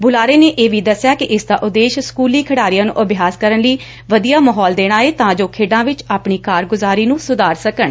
ਬੁਲਾਰੇ ਨੇ ਇਹ ਵੀ ਦਸਿਆ ਕਿ ਇਸ ਦਾ ਉਦੇਸ਼ ਸਕੂਲੀ ਖਿਡਾਰੀਆਂ ਨੂੰ ਅਭਿਆਸ ਕਰਨ ਲਈ ਵਧੀਆ ਮਹੌਲ ਦੇਣਾ ਏ ਤਾਂ ਜੋ ਉਹ ਖੇਡਾਂ ਵਿਚ ਆਪਣੀ ਕਾਰਗੁਜਾਰੀ ਨੁੰ ਸੁਧਾਰ ਸਕਣ